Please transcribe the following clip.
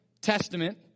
Testament